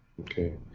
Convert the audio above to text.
Okay